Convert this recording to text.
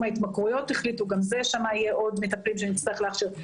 ההתמכרויות יהיו עוד מטפלים שנצטרך להכשיר.